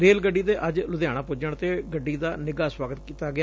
rail ਗੱਡੀ ਦੇ ਅੱਜ ਲੁਧਿਆਣਾ ਪੁੱਜਣ ਤੇ ਗੱਡੀ ਦਾ ਨਿੱਘਾ ਸੁਆਗਤ ਕੀਤਾ ਗਿਆ